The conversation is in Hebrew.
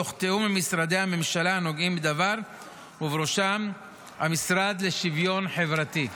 תוך תיאום עם משרדי הממשלה הנוגעים בדבר ובראשם המשרד לשוויון חברתי.